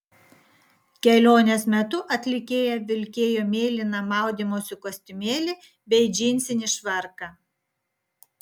kelionės metu atlikėja vilkėjo mėlyną maudymosi kostiumėlį bei džinsinį švarką